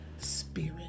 spirit